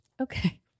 Okay